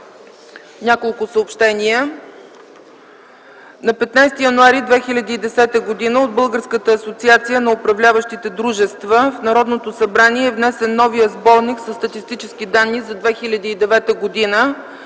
Няколко съобщения: На 15 януари 2010 г. от Българската асоциация на управляващите дружества в Народното събрание е внесен новият Сборник със статистически данни за 2009 г.